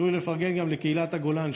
חשוב לי לפרגן גם לקהילת הגולן,